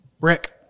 Rick